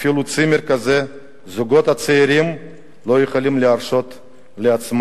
אפילו צימר כזה הזוגות הצעירים לא יכולים להרשות לעצמם.